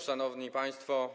Szanowni Państwo!